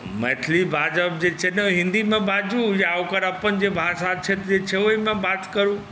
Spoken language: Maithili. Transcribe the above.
मैथिली बाजब जे छै ने हिन्दीमे बाजू या ओकर अपन जे भाषा क्षेत्रीय छै ओहिमे बात करू